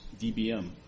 DBM